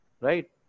right